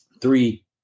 three